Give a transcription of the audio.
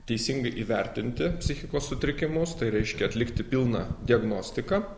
teisingai įvertinti psichikos sutrikimus tai reiškia atlikti pilną diagnostiką